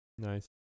nice